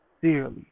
sincerely